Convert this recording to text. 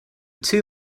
two